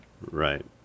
Right